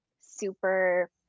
super